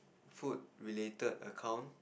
food related account